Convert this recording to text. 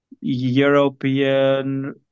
European